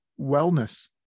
wellness